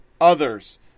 Others